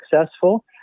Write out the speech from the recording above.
successful